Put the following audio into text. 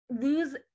lose